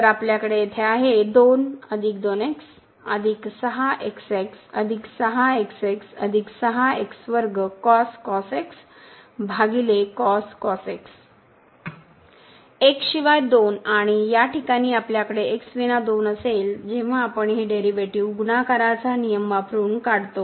तर आपल्याकडे येथे आहे X शिवाय 2 आणि या ठिकाणी आपल्याकडे x विना 2 असेल जेव्हा आपण हे डेरीवेटीव गुनाकाराचा नियम वापरून x काढतो